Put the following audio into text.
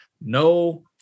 no